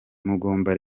mugomba